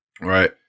right